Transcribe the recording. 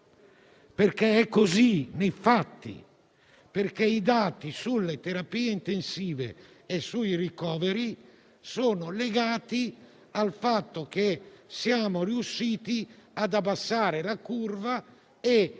perché è così nei fatti; perché i dati sulle terapie intensive e sui ricoveri sono legati al fatto che siamo riusciti ad abbassare la curva e,